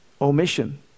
Omission